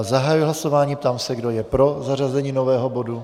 Zahajuji hlasování a ptám se, kdo je pro zařazení nového bodu.